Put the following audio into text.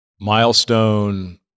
milestone